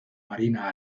marina